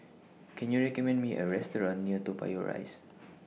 Can YOU recommend Me A Restaurant near Toa Payoh Rise